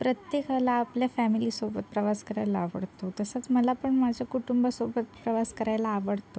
प्रत्येकाला आपल्या फॅमिलीसोबत प्रवास करायला आवडतो तसंच मला पण माझ्या कुटुंबासोबत प्रवास करायला आवडतो